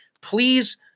please